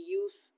use